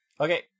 okay